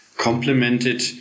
complemented